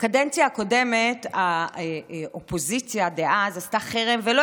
בקדנציה הקודמת האופוזיציה דאז עשתה חרם ולא